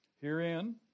Herein